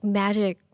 magic